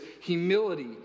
Humility